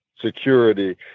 Security